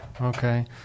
okay